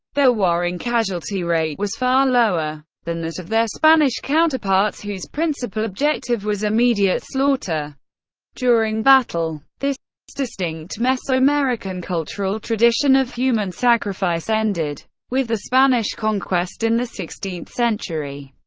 their warring casualty rate was far lower than that of their spanish counterparts, whose principal objective was immediate slaughter during battle. this distinct mesoamerican cultural tradition of human sacrifice ended with the spanish conquest in the sixteenth century.